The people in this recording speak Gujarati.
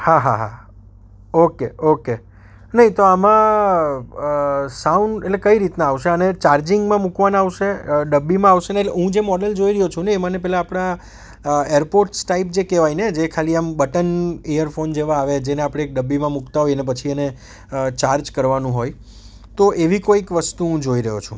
હા હા હા ઓકે ઓકે નહીં તો આમાં સાઉન્ડ એટલે કઈ રીતના આવશે અને ચાર્જિંગમાં મૂકવાના આવશે ડબ્બીમાં આવશે ને એટલે હું જે મોડલ જોઈ રહ્યો છું ને એ મને પેલા આપણાં એરપોડ ટાઈપ્સ જે કહેવાય એને જે ખાલી આમ બટન ઈયરફોન જેવા આવે જેને આપણે એક ડબ્બીમાં મૂકતા હોય ને પછી એને ચાર્જ કરવાનું હોય તો એવી કોઈક વસ્તુ હું જોઈ રહ્યો છું